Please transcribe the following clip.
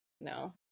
no